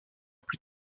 plus